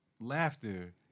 laughter